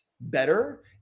better